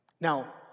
now